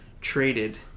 traded